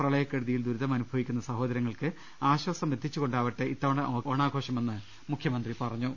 പ്രളയക്കെടുതിയിൽ ദുരിതമനുഭവിക്കുന്ന സഹോദരങ്ങൾക്ക് ആശ്വാസമെത്തിച്ചുകൊണ്ടാവട്ടെ ഇത്തവണ ഓണാഘോഷമെന്ന് മുഖ്യമന്ത്രി പറഞ്ഞു